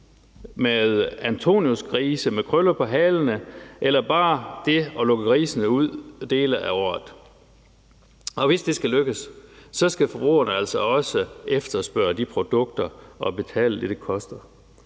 med Antoniusgrise, med krøller på halerne eller bare med det at lukke grisene ud dele af året. Hvis det skal lykkes, skal forbrugerne altså også efterspørge de produkter og betale det, det koster,